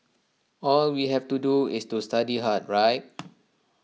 all we have to do is to study hard right